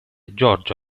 giorgio